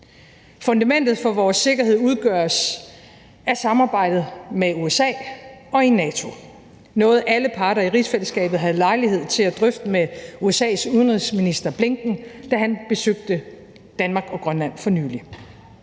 Fundamentet for vores sikkerhed udgøres af samarbejdet med USA og i NATO – noget, alle parter i rigsfællesskabet havde lejlighed til at drøfte med USA's udenrigsminister, Antony Blinken, da han besøgte Danmark og Grønland for nylig.